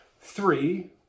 Three